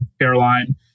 airline